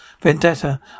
Vendetta